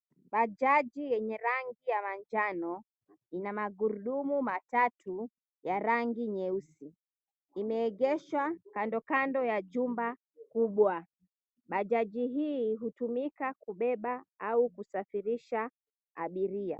Bajaji yenye rangi ya manjano, ina magurudumu matatu ya rangi nyeusi. Imeegeshwa kando kando ya jumba kubwa. Bajaji hii hutumika kubeba au kusafirisha abiria.